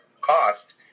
cost